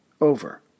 over